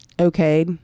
Okay